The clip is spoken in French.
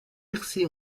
percé